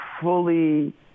fully